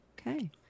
Okay